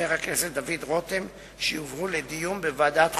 ודוד רותם, שיועברו לדיון בוועדת החוקה,